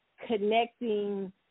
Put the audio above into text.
connecting